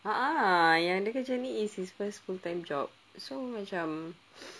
a'ah yang dia kerja ni is his first full time job so macam